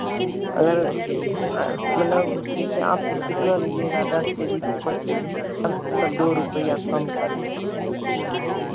अगर मतलब जैसे आपको कितना लीजिएगा दस के जी पाँच के जी हम तब दो रुपया कम कर देंगे